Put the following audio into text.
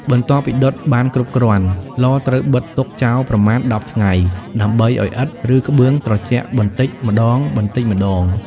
បន្ទាប់ពីដុតបានគ្រប់គ្រាន់ ឡត្រូវបិទទុកចោលប្រមាណ ១០ ថ្ងៃ ដើម្បីឱ្យឥដ្ឋ ឬក្បឿងត្រជាក់បន្តិចម្តងៗ។